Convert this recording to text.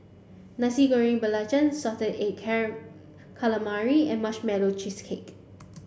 Nasi Goreng Belacan salted egg calamari and marshmallow cheesecake